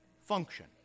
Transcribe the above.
function